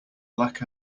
black